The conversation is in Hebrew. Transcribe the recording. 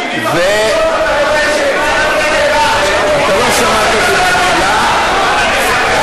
אתה לא שמעת אותי מהתחלה.